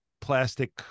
plastic